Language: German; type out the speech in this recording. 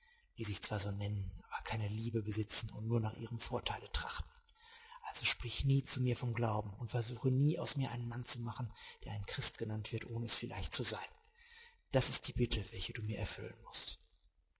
die sich zwar so nennen aber keine liebe besitzen und nur nach ihrem vorteile trachten also sprich nie zu mir vom glauben und versuche nie aus mir einen mann zu machen der ein christ genannt wird ohne es vielleicht zu sein das ist die bitte welche du mir erfüllen mußt